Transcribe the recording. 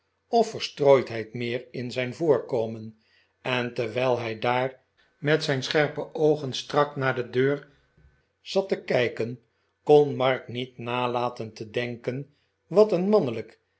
of verstrooidheid meer in zijn voorkomen en terwijl hij daar met zijn scherpe oogen strak naar de deur zat te kijken kon mark niet nalaten te denken wat een mannelijk